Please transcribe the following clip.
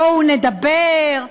בואו נדבר,